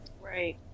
right